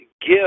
give